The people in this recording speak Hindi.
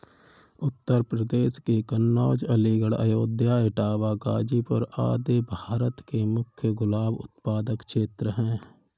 उत्तर प्रदेश के कन्नोज, अलीगढ़, अयोध्या, इटावा, गाजीपुर आदि भारत के मुख्य गुलाब उत्पादक क्षेत्र हैं